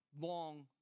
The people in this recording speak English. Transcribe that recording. long